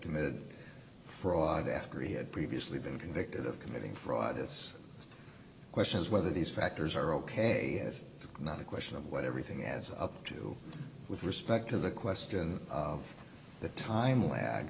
committed fraud after he had previously been convicted of committing fraud it's questions whether these factors are ok is not a question of what everything adds up to with respect to the question of the time lag